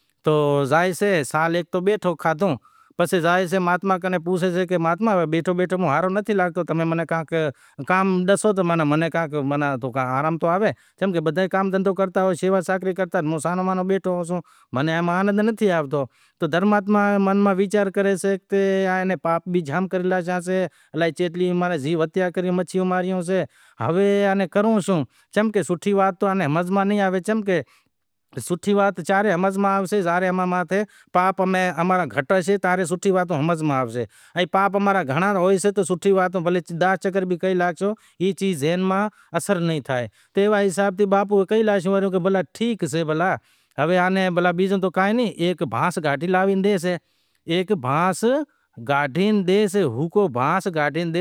پسوں کرے تقریبن ڈیڈہ ترن کلومیٹر چھیٹو سئے، پسے یئے ناں پندہ زائاسیے، پندہ زائے شیو شنکر رے میڑے زائاسیں، باقاعدہ جبل ماتھےشیو شنکر رے میڑے زایاسیں، اوتے باقاعدے ماٹی، پانڑی، مطلب پانڑ نیکریو ہوسے اتے امیں ناریل راکھیو انے پاگے لاگاسیئہ جاں پاروتی ماتا اے، جا ماتھو دہویو ہتو۔ شیو شنکر بھولے ناتھ جیکو بی سئہ ڈاڈ ے کرپا کری، گنیش رام، سری رام گنگا میا، ایوا نمونے تئی۔ سری رام سیتا میا چوڈنہں سال بنواس اینے کرے جاتا، ست جگ رے اندر بی ایڑا ہتا جو بھئی بھیاں نوں بدہاں نوں توڑے جاشے پر ایئاں ری سمجھانڑی ہتی۔ ہتا رے خاشی جگہ اماری زور ای لاگل پڑی سئہ کہ چاں بی زو کھاشا گھر رنمبنڑ بنمنڑ تھئے پر تے رے ہالوں ایک سمجھانڑی ہالی ہتی تی کہ سری رامچندر، سیتا میا سمجھانڑی اے ہالی تی کی پسے بی بھئی بھئی ہتا تو ئے بی ایئاں رو پیز ہتو شترونگھن ایئا ہتا جیکو بھی شیٹ ایئاں ناں رام آرو سنبھالے زاشے لچھمنڑ آئے شیٹ ماتھے بی شے انے